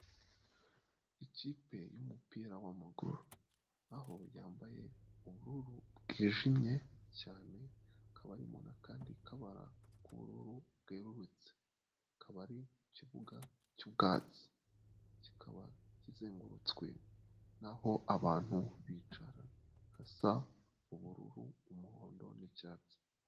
Ikipe y'umupira w'amaguru aho yambaye ubururu bwijimye cyane hakaba harimo n'akandi kabara k'ubururu bwerurutse akaba ari ikibuga cy'ubwatsi kikaba kizengurutswe n'aho abantu bicara hasa ubururu umuhondo n'icyatsi.